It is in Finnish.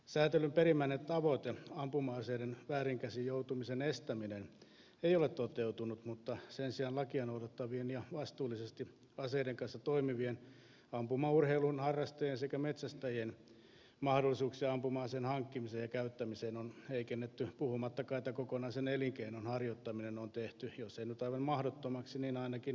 säätelyn perimmäinen tavoite ampuma aseiden väärin käsiin joutumisen estäminen ei ole toteutunut mutta sen sijaan lakia noudattavien ja vastuullisesti aseiden kanssa toimivien ampumaurheilun harrastajien sekä metsästäjien mahdollisuuksia ampuma aseen hankkimiseen ja käyttämiseen on heikennetty puhumattakaan että kokonaisen elinkeinon harjoittaminen on tehty jos ei nyt aivan mahdottomaksi niin ainakin erittäin vaikeaksi